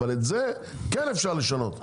אבל את זה כן אפשר לשנות.